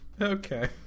Okay